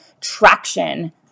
traction